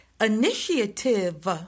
initiative